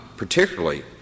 Particularly